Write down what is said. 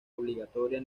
obligatoria